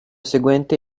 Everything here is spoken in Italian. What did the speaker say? seguente